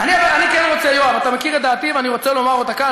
אתה מכיר את דעתי, ואני רוצה לומר אותה כאן.